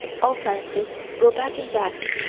all sciences go back and back,